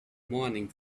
morning